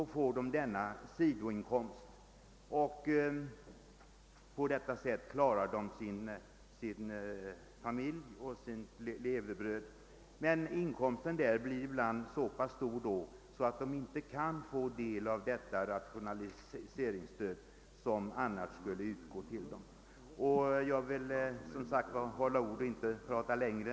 De får då en sidoinkomst, och på det sättet klarar de sitt levebröd. Men inkomsten blir ibland så pass hög, att de inte kan få det rationaliseringsstöd som annars skulle utgå till dem. Jag vill hålla ord och inte tala längre.